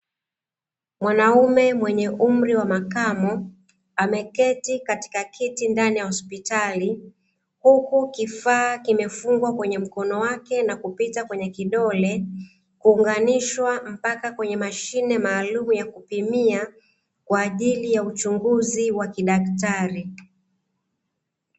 Mwanaume mwenye umri wa makamu, ameketi katika kiti ndani ya hospitali, huku kifaa kimefungwa kwenye mkono wake na kupita kwenye kidole, kuunganishwa mpaka kwenye mashine maalumu ya kupimia kwa ajili ya uchunguzi wa kidakitari.